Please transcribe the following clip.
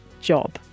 job